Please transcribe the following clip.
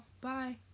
Bye